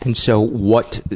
and so, what